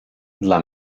dla